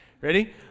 Ready